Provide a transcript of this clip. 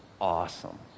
awesome